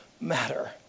matter